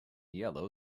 yellow